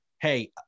hey